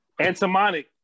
Antimonic